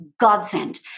godsend